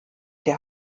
der